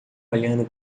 olhando